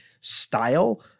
style